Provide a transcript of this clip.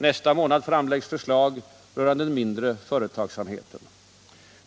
Nästa månad framläggs förslag rörande den mindre företagsamheten.